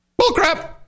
Bullcrap